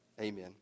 amen